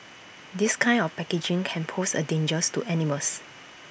this kind of packaging can pose A dangers to animals